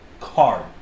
card